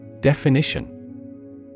Definition